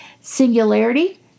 Singularity